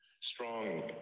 strong